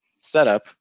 setup